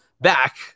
back